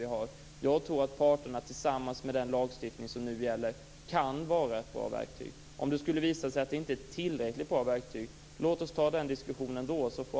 Men jag tror att parterna tillsammans med den lagstiftning som nu gäller kan vara ett bra verktyg. Om det visar sig att det verktyget inte är tillräckligt bra, så låt oss ta den diskussionen då.